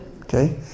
okay